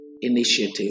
initiative